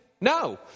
No